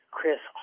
Chris